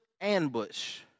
ambush